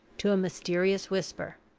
to a mysterious whisper.